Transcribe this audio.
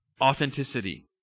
Authenticity